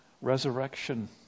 resurrection